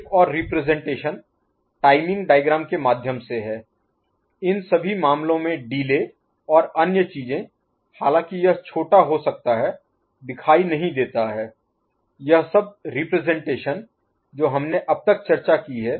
एक और representation timing diagram के माध्यम से है इन सभी मामलों में डिले और अन्य चीजें हालांकि यह छोटा हो सकता है दिखाई नहीं देता है यह सब रिप्रजेंटेशन जो हमने अब तक चर्चा की है